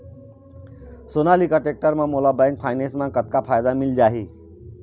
Sonalika tractor म मोला bank finance म कतक फायदा मिल जाही?